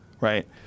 right